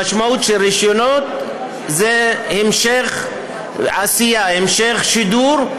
המשמעות של הרישיונות היא המשך עשייה, המשך שידור,